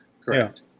correct